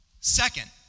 Second